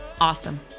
awesome